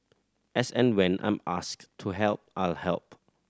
as and when I'm asked to help I'll help